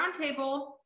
roundtable